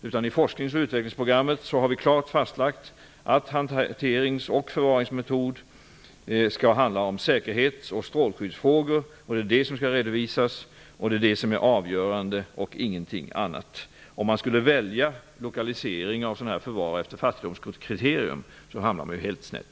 I forskningsoch utvecklingsprogrammet har vi klart lagt fast att hanterings och förvaringsmetod skall handla om säkerhet och strålskyddsfrågor. Det skall redovisas och vara avgörande -- ingenting annat. Om man skulle välja lokalisering av förvar efter något slags fattigdomskriterium, skulle man hamna helt snett.